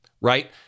right